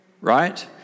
Right